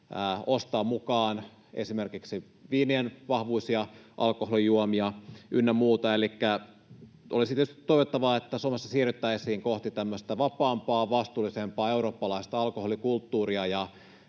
ostaa mukaan esimerkiksi viinien vahvuisia alkoholijuomia, ynnä muuta. Elikkä olisi tietysti toivottavaa, että Suomessa siirryttäisiin kohti tämmöistä vapaampaa, vastuullisempaa eurooppalaista alkoholikulttuuria.